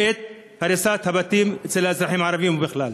את הריסת הבתים אצל האזרחים הערבים ובכלל.